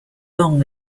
long